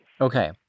Okay